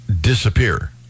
disappear